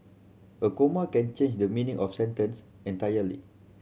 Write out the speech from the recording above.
a comma can change the meaning of sentence entirely